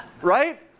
Right